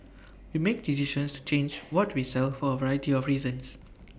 we make decisions to change what we sell for A variety of reasons